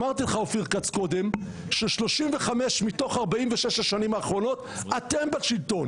אמרתי לך קודם אופיר כץ ש-35 מתוך 46 השנים האחרונות אתם בשלטון